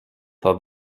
pas